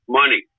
money